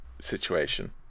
situation